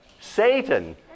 Satan